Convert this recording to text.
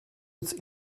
its